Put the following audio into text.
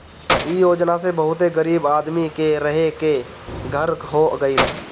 इ योजना से बहुते गरीब आदमी के रहे के घर हो गइल